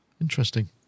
Interesting